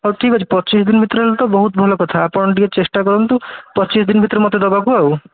ହଉ ଠିକ୍ ଅଛି ପଚିଶ ଦିନ ଭିତରେ ହେଲେ ତ ବହୁତ ଭଲ କଥା ଆପଣ ଟିକେ ଚେଷ୍ଟା କରନ୍ତୁ ପଚିଶ ଦିନ ଭିତରେ ମୋତେ ଦେବାକୁ ଆଉ